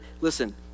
listen